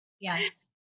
Yes